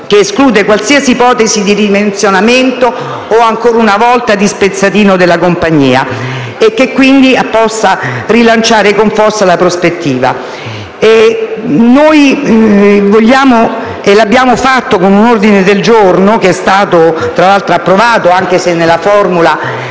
che escluda qualsiasi ipotesi di ridimensionamento o, ancora una volta, di spezzatino della compagnia e che possa invece rilanciare con forza la prospettiva. Noi pensiamo - e lo abbiamo espresso con un ordine del giorno che è stato tra l'altro approvato, anche se con la formula